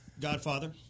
Godfather